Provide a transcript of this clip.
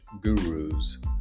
gurus